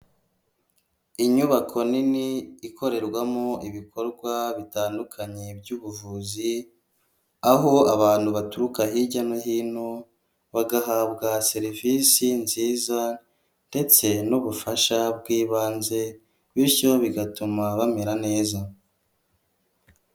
Inyubako nini ikorerwamo ibikorwa bitandukanye by'ubuvuzi, aho abantu baturuka hirya no hino bagahabwa serivisi nziza ndetse n'ubufasha bw'ibanze bityo bigatuma bamera neza.